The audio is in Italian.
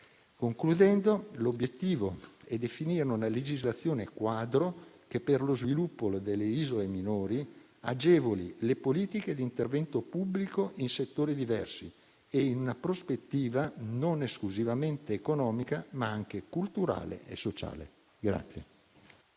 conclusione, l'obiettivo è definire una legislazione quadro che, per lo sviluppo delle isole minori, agevoli le politiche di intervento pubblico in settori diversi e in una prospettiva non esclusivamente economica, ma anche culturale e sociale.